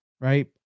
Right